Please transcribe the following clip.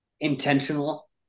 Intentional